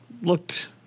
looked